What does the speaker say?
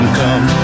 come